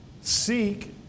seek